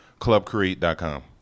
Clubcreate.com